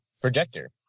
projector